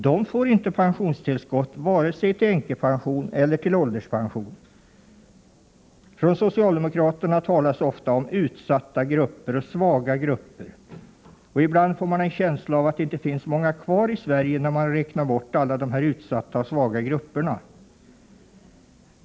De får inte pensionstillskott vare sig till änkepension eller till ålderspension. Socialdemokraterna talar ofta om utsatta grupper och svaga grupper. Ibland får man en känsla av att det inte finns många kvar i Sverige när alla de utsatta och svaga grupperna har räknats bort.